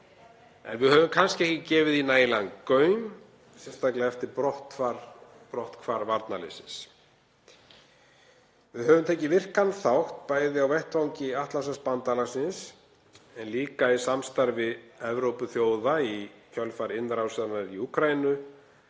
En við höfum kannski ekki gefið því nægjanlegan gaum, sérstaklega eftir brotthvarf varnarliðsins. Við höfum tekið virkan þátt bæði á vettvangi Atlantshafsbandalagsins en líka í samstarfi Evrópuþjóða í kjölfar innrásarinnar í Úkraínu.